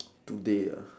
today ah